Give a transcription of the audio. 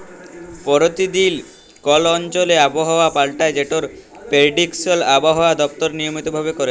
পরতিদিল কল অঞ্চলে আবহাওয়া পাল্টায় যেটর পেরডিকশল আবহাওয়া দপ্তর লিয়মিত ভাবে ক্যরে